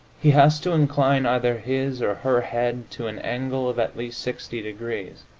he has to incline either his or her head to an angle of at least sixty degrees,